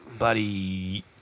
buddy